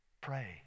Pray